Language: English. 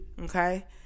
okay